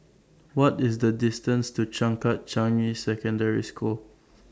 What IS The distance to Changkat Changi Secondary School